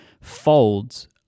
folds